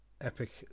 epic